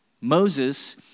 Moses